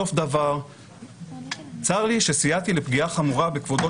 סוף דבר "צר לי שסייעתי לפגיעה חמורה בכבודו